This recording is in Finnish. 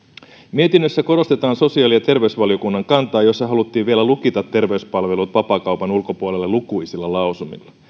mietinnössä korostetaan sosiaali ja terveysvaliokunnan kantaa jossa haluttiin vielä lukita terveyspalvelut vapaakaupan ulkopuolelle lukuisilla lausumilla